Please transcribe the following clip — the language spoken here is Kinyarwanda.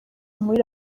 muri